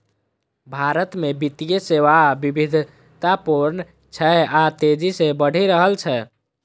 भारत मे वित्तीय सेवा विविधतापूर्ण छै आ तेजी सं बढ़ि रहल छै